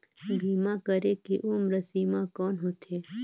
बीमा करे के उम्र सीमा कौन होथे?